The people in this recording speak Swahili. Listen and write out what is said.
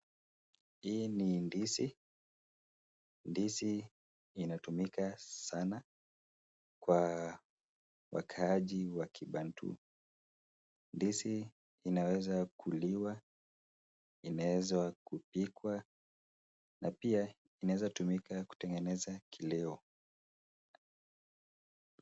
Hii ni ndizi. Ndizi inatumika sana kwa wakaaji wa kibantu. Ndizi inaweza kuliwa, inaweza kupikwa na pia inaweza tumika kutengeneza kileo.